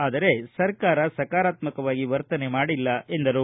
ಆದರೆ ಸರಕಾರ ಸಕಾರಾತ್ಮವಾಗಿ ವರ್ತನೆ ಮಾಡಿಲ್ಲ ಎಂದರು